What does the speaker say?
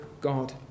God